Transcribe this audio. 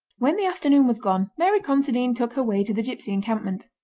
when the afternoon was gone mary considine took her way to the gipsy encampment.